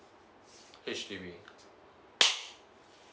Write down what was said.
H_D_B